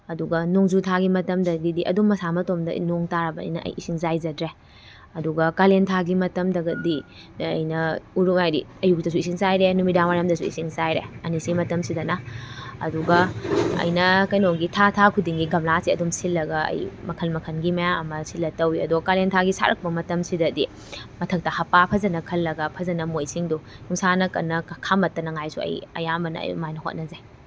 ꯑꯗꯨꯒ ꯅꯣꯡꯖꯨ ꯊꯥꯒꯤ ꯃꯇꯝꯗꯒꯤꯗꯤ ꯑꯗꯨꯝ ꯃꯁꯥ ꯃꯇꯣꯝꯇ ꯅꯣꯡ ꯇꯥꯔꯕꯅꯤꯅ ꯑꯩ ꯏꯁꯤꯡ ꯆꯥꯏꯖꯗ꯭ꯔꯦ ꯑꯗꯨꯒ ꯀꯥꯂꯦꯟꯊꯥꯒꯤ ꯃꯇꯝꯗꯒꯗꯤ ꯑꯩꯅ ꯎꯔꯨꯛ ꯍꯥꯏꯗꯤ ꯑꯌꯨꯛꯇꯁꯨ ꯏꯁꯤꯡ ꯆꯥꯏꯔꯦ ꯅꯨꯃꯤꯗꯥꯡꯋꯥꯏꯔꯝꯗꯁꯨ ꯏꯁꯤꯡ ꯆꯥꯏꯔꯦ ꯑꯅꯤꯁꯤꯒꯤ ꯃꯇꯝꯁꯤꯗꯅ ꯑꯗꯨꯒ ꯑꯩꯅ ꯀꯩꯅꯣꯒꯤ ꯊꯥ ꯊꯥ ꯈꯨꯗꯤꯡꯒꯤ ꯒꯝꯂꯥꯁꯦ ꯑꯗꯨꯝ ꯁꯤꯜꯂꯒ ꯑꯩ ꯃꯈꯜ ꯃꯈꯜꯒꯤ ꯃꯌꯥꯝ ꯑꯃ ꯁꯤꯜꯂ ꯇꯧꯋꯤ ꯑꯗꯣ ꯀꯥꯂꯦꯟꯊꯥꯒꯤ ꯁꯥꯔꯛꯄ ꯃꯇꯝꯁꯤꯗꯗꯤ ꯃꯊꯛꯇ ꯍꯞꯄꯥ ꯐꯖꯅ ꯈꯜꯂꯒ ꯐꯖꯅ ꯃꯣꯏꯁꯤꯡꯗꯨ ꯅꯨꯡꯁꯥꯅ ꯀꯟꯅ ꯈꯥꯝꯍꯠꯇꯉꯥꯏꯁꯨ ꯑꯩ ꯑꯌꯥꯝꯕꯅ ꯑꯩ ꯑꯗꯨꯃꯥꯏꯅ ꯍꯣꯠꯅꯖꯩ